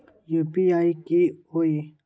UPI की होई?